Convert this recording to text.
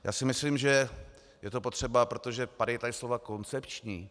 Já si myslím, že je to potřeba, protože padala tady slova koncepční.